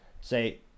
say